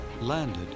landed